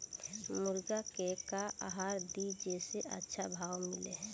मुर्गा के का आहार दी जे से अच्छा भाव मिले?